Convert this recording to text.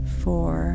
four